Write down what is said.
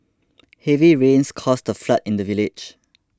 heavy rains caused a flood in the village